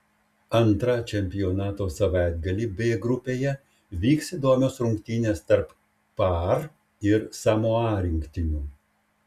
antrą čempionato savaitgalį b grupėje vyks įdomios rungtynės tarp par ir samoa rinktinių